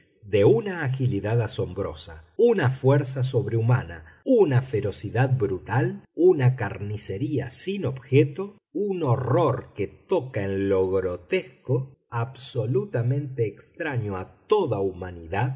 de una agilidad asombrosa una fuerza sobrehumana una ferocidad brutal una carnicería sin objeto un horror que toca en lo grotesco absolutamente extraño a toda